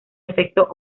efecto